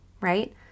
right